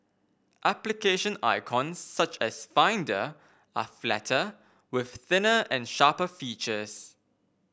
application icons such as Finder are flatter with thinner and sharper features